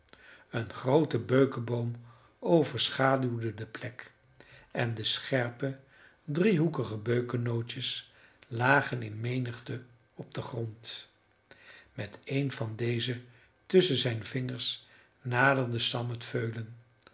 een groote beukenboom overschaduwde de plek en de scherpe driehoekige beukennootjes lagen in menigte op den grond met een van deze tusschen zijne vingers naderde sam het veulen